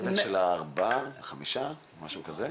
הצוות של ארבעה-חמישה, משהו כזה?